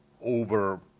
over